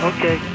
Okay